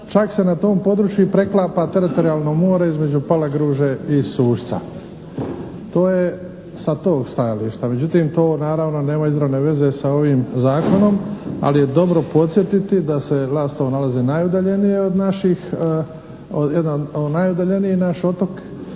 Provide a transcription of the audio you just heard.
čak se na tom području i preklapa teritorijalno more između Palagruže i Sušca. To je sa tog stajališta. Međutim to naravno nema izravne veze sa ovim zakonom, ali je dobro podsjetiti da se Lastovo nalazi najudaljenije od naših, jedan najudaljeniji naš otok.